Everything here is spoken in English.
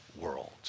world